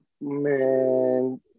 man